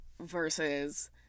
versus